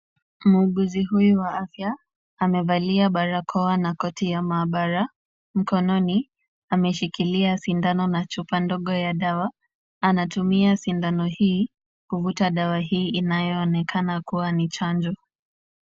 Muuguzi huyu wa afya amevalia barakoa na koti ya maabara. Mkononi ameshikilia sindano na chupa ndogo ya dawa. Anatumia sindano hii kuvuta dawa hii inayoonekana kuwa ni chanjo.